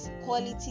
quality